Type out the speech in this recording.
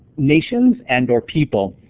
nations and or people.